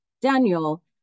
Daniel